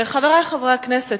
חברי חברי הכנסת,